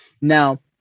Now